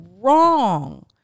wrong